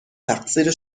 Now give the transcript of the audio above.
تقصیر